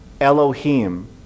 Elohim